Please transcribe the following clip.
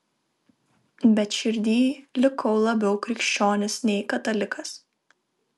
bet širdyj likau labiau krikščionis nei katalikas